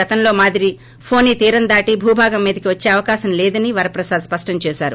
గతంలో మాదిరి ఫని తీరం దాటి భూభాగం మీదకి వచ్చే అవకాశం లేదని వరప్రసాద్ స్పష్టం చేశారు